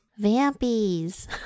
Vampies